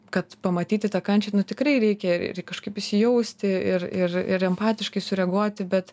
kad pamatyti tą kančią nu tikrai reikia kažkaip įsijausti ir ir ir empatiškai sureaguoti bet